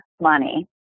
money